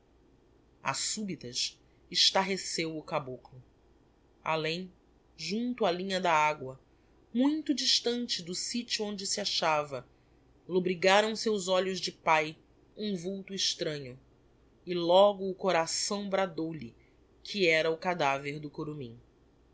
a subitas estarreceu o caboclo além junto á linha da agua muito distante do sitio onde se achava lobrigaram seus olhos de pae um vulto extranho e logo o coração bradou-lhe que era o cadaver do curumim